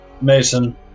Mason